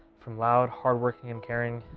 from loud hardworking and caring.